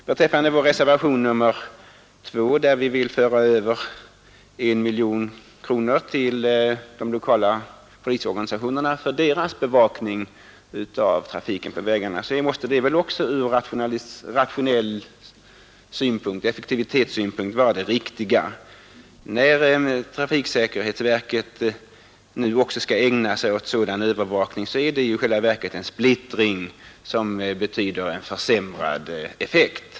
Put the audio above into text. Även vårt yrkande i reservationen 2 att föra över I miljon kronor till de lokala polisorganisationerna för bevakning av trafiken på vägarna måste ur effektivitetssynpunkt vara riktigt. När nu trafiksäkerhetsverket också skall ägna sig åt sådan övervakning blir det i själva verket en splittring som betyder försämrad effekt.